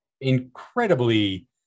incredibly